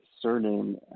surname